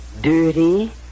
dirty